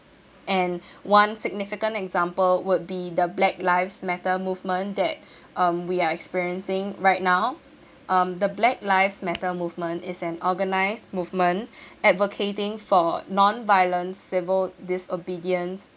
and one significant example would be the black lives matter movement that um we are experiencing right now um the black lives matter movement is an organised movement advocating for non violent civil disobedience